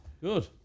Good